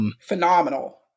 Phenomenal